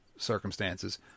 circumstances